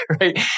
Right